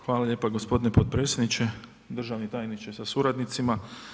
Hvala lijepa gospodine potpredsjedniče, državni tajniče sa suradnicima.